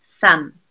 thumb